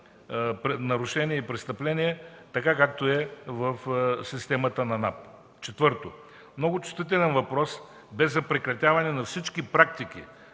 нарушения и престъпления, така както е в системата на НАП. 4. Много чувствителен въпрос бе за прекратяване на всички практики